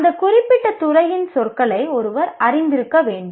அந்த குறிப்பிட்ட துறையின் சொற்களை ஒருவர் அறிந்திருக்க வேண்டும்